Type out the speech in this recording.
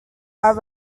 are